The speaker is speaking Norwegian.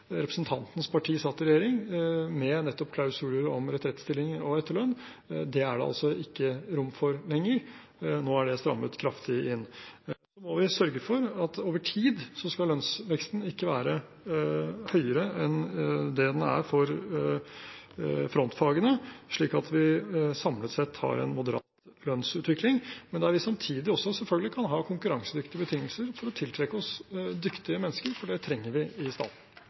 representantens parti satt i regjering, med nettopp klausuler om retrettstillinger og etterlønn, er det altså ikke rom for lenger. Nå er det strammet kraftig inn. Så må vi sørge for at over tid skal lønnsveksten ikke være høyere enn det den er for frontfagene, slik at vi samlet sett har en moderat lønnsutvikling, men der vi samtidig selvfølgelig også kan ha konkurransedyktige betingelser for å tiltrekke oss dyktige mennesker – for det trenger vi i